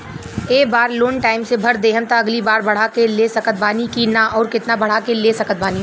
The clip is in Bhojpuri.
ए बेर लोन टाइम से भर देहम त अगिला बार बढ़ा के ले सकत बानी की न आउर केतना बढ़ा के ले सकत बानी?